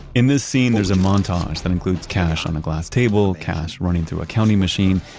in this scene, there's a montage that includes cash on a glass table, cash running through a counting machine,